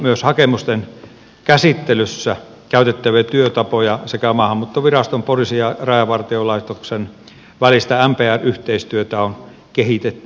myös hakemusten käsittelyssä käytettäviä työtapoja sekä maahanmuuttoviraston poliisin ja rajavartiolaitoksen välistä mpr yhteistyötä on kehitetty